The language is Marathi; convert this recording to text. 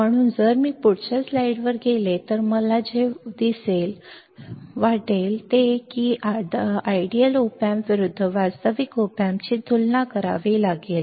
म्हणून जर मी पुढच्या स्लाइडवर गेलो तर मला जे वाईट वाटेल ते पहा की मला आदर्श op amp विरुद्ध वास्तविक op amp ची तुलना करावी लागली